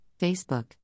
Facebook